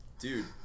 Dude